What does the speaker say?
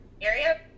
area